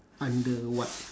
under what